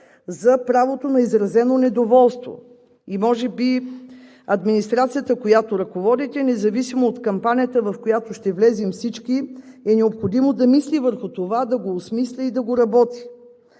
за правото на изразено недоволство. Може би администрацията, която ръководите, независимо от кампанията, в която ще влезем всички, е необходимо да мисли върху това, да го осмисли и да го работи.